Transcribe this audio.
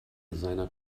seiner